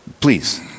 please